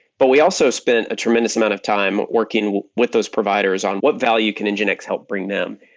but we also spent a tremendous amount of time working with those providers on what value can and nginx help bring them.